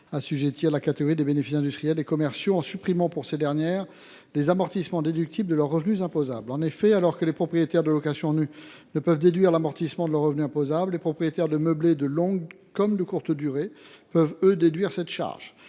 assujetties à la catégorie des bénéfices industriels et commerciaux, en supprimant pour ces dernières les amortissements déductibles de leurs revenus imposables. En effet, alors que les propriétaires de locations nues ne peuvent déduire l’amortissement de leurs revenus imposables, les propriétaires de meublés le peuvent, que la location soit de longue ou de courte durée.